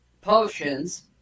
potions